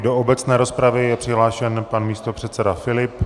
Do obecné rozpravy je přihlášen pan místopředseda Filip.